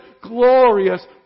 glorious